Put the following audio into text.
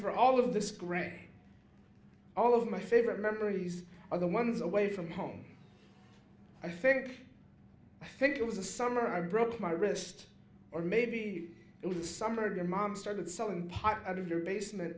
for all of this great all of my favorite memories are the ones away from home i think i think it was the summer i broke my wrist or maybe it was the summer when mom started selling part of your basement